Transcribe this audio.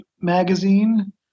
magazine